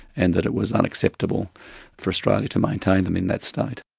and that it was unacceptable for australia to maintain them in that state.